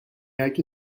اگه